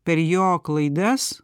per jo klaidas